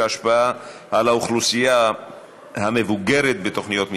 השפעה על האוכלוסייה המבוגרת בתוכניות מתאר),